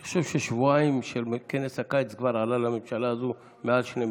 אני חושב ששבועיים של כנס הקיץ כבר עלו לממשלה הזו מעל 2 מיליארד.